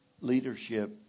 leadership